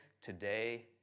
today